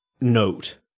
note